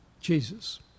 jesus